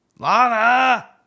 Lana